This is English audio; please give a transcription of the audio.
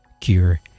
cure